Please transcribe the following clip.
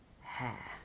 hair